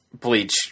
bleach